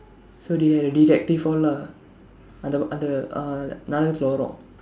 so they had a detective all lah அந்த அந்த :andtha andtha uh நாடகத்துல வரும்:naadakaththula varum